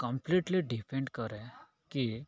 completely depend କରେ କି